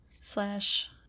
slash